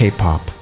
K-pop